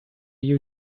you